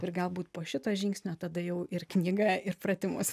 ir galbūt po šito žingsnio tada jau ir knygą ir pratimus